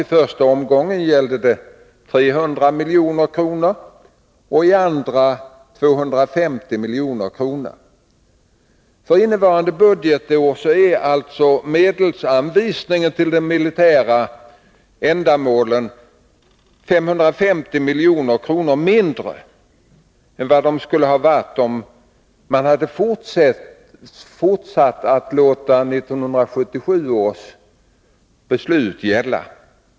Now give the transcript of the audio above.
I första omgången gällde det 300 milj.kr. och i andra 250 milj.kr. För innevarande budgetår är alltså medelsansvisningen till militära ändamål 550 milj.kr. mindre än vad den skulle ha varit om man hade låtit 1977 års beslut gälla.